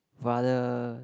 rather